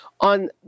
on